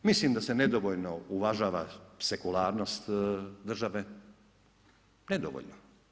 Mislim da se nedovoljno uvažava sekularnost države, nedovoljno.